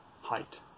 height